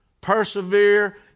persevere